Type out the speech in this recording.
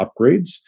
upgrades